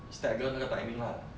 stagger 那个 timing lah